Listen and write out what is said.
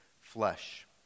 flesh